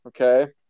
Okay